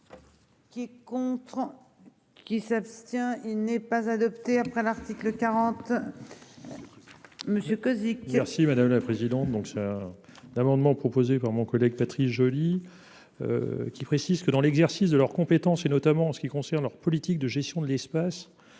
qui s'abstient. Il n'est pas adopté après l'article 40. Monsieur Cozic. Si madame la présidente. Donc ça. L'amendement proposé par mon collègue Patrice Joly. Qui précise que dans l'exercice de leurs compétences et notamment en ce qui concerne leur politique de gestion de l'espace.